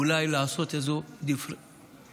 אולי לעשות איזו דיפרנציאליות,